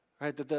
Right